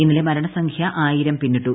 ഇന്നലെ മരണസംഖ്യ ആയിരം പിന്നിട്ടു